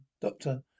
Doctor